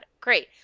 Great